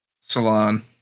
salon